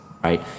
Right